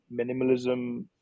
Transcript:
minimalism